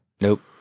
Nope